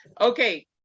Okay